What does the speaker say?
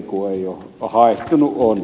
haihtunut on haihtunut on